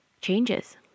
changes